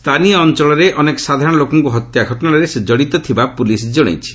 ସ୍ଥାନୀୟ ଅଞ୍ଚଳରେ ଅନେକ ସାଧାରଣ ଲୋକଙ୍କୁ ହତ୍ୟା ଘଟଣାରେ ସେ ଜଡିତ ଥିବା ପୁଲିସ ଜଣାଇଛି